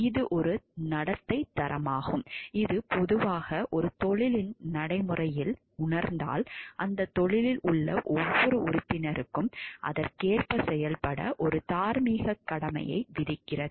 இது ஒரு நடத்தைத் தரமாகும் இது பொதுவாக ஒரு தொழிலின் நடைமுறையில் உணர்ந்தால் அந்தத் தொழிலில் உள்ள ஒவ்வொரு உறுப்பினருக்கும் அதற்கேற்ப செயல்பட ஒரு தார்மீகக் கடமையை விதிக்கிறது